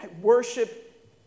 Worship